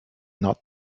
not